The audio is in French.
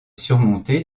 surmonté